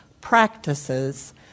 practices